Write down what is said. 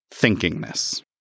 thinkingness